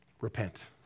Repent